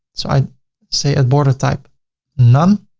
so i say, add border type none.